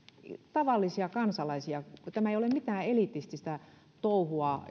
tavallisia kansalaisia tämä ei ole mitään elitististä touhua